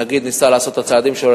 הנגיד ניסה לעשות את הצעדים שלו,